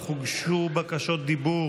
אך הוגשו בקשות דיבור